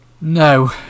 No